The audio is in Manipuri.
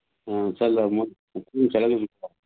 ꯑꯣ